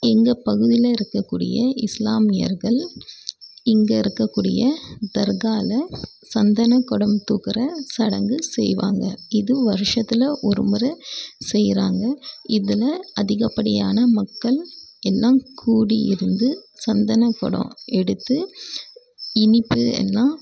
எங்கள் பகுதியில் இருக்கக்கூடிய இஸ்லாமியர்கள் இங்கே இருக்கக்கூடிய தர்காவில் சந்தனக்குடம் தூக்குகிற சடங்கு செய்வாங்க இது வருஷத்தில் ஒரு முறை செயகிறாங்க இதுல அதிகப்படியான மக்கள் எல்லாம் கூடி இருந்து சந்தனக்குடம் எடுத்து இனிப்பு எல்லாம்